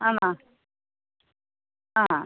ആണൊ ആ